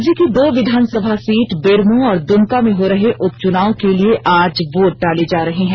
राज्य की दो विधानसभा सीट बेरमो और दुमका में हो रहे उपचुनाव के लिए आज वोट डाले जा रहे हैं